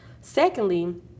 Secondly